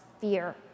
fear